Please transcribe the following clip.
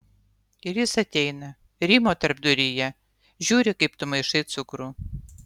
ir jis ateina rymo tarpduryje žiūri kaip tu maišai cukrų